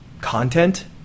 content